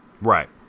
Right